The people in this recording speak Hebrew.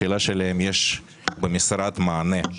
השאלה שלי, אם יש במשרד מענה.